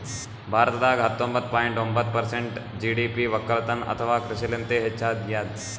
ಭಾರತದಾಗ್ ಹತ್ತೊಂಬತ್ತ ಪಾಯಿಂಟ್ ಒಂಬತ್ತ್ ಪರ್ಸೆಂಟ್ ಜಿ.ಡಿ.ಪಿ ವಕ್ಕಲತನ್ ಅಥವಾ ಕೃಷಿಲಿಂತೆ ಹೆಚ್ಚಾಗ್ಯಾದ